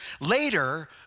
Later